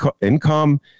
income